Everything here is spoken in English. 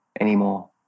anymore